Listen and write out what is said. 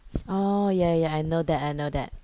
orh yeah yeah I know that I know that